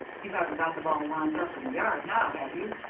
you haven't got them all lined up in the yard now, have you?